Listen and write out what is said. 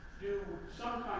do some